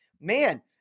man